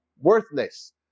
worthless